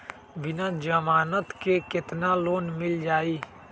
बिना जमानत के केतना लोन मिल जाइ?